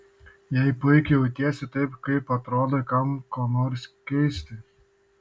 jei puikiai jautiesi taip kaip atrodai kam ką nors keisti